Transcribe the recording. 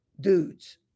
dudes